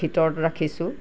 ভিতৰত ৰাখিছোঁ